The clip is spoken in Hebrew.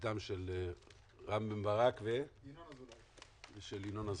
של רם בן ברק וינון אזולאי,